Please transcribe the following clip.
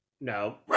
No